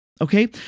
Okay